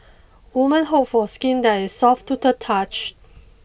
woman hope for skin that is soft to the touch